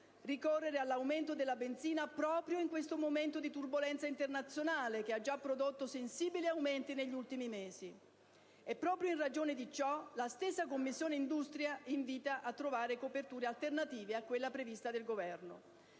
ricorrere all'aumento della benzina, proprio in questo momento di turbolenza internazionale, che ha già prodotto sensibili aumenti negli ultimi mesi. Proprio in ragione di ciò, la stessa Commissione industria invita a trovare coperture alternative a quella prevista dal Governo.